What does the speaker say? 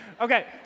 Okay